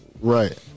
right